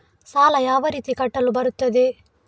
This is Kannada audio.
ಸಾಲ ಯಾವ ರೀತಿ ಕಟ್ಟಲು ಬರುತ್ತದೆ?